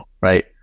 right